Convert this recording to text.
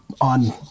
on